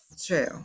True